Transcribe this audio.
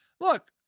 Look